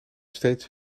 steeds